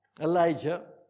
Elijah